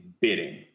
bidding